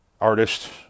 artist